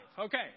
Okay